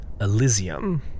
Elysium